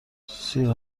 سیر